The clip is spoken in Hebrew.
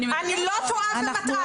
אני לא טועה ומטעה,